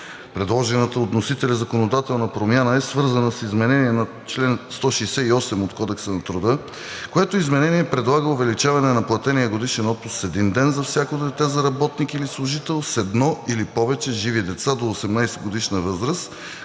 Предложената от вносителя законодателна промяна е свързана с изменение на чл. 168 от Кодекса на труда, което изменение предлага увеличаване на платения годишен отпуск с един ден за всяко дете за работник или служител с едно или повече живи деца до 18-годишна възраст,